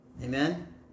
Amen